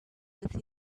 with